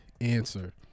answer